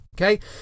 okay